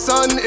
Sun